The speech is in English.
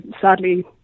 sadly